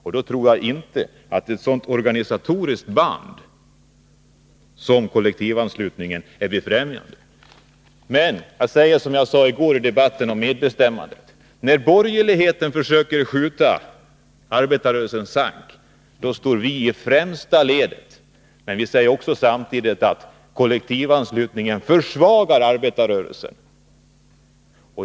Jag tror inte att en sådan organisatorisk bindning som kollektivanslutningen utgör är befrämjande. Jag säger som jag sade i går i debatten om medbestämmande: När borgerligheten försöker skjuta arbetarrörelsen i sank, är det alltså vi som står i främsta ledet. Men vi säger samtidigt att kollektivanslutningen försvagar arbetarrörelsen.